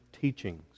teachings